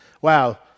wow